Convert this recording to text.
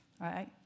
right